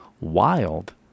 wild